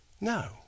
No